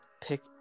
pick